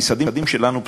המשרדים שלנו פתוחים.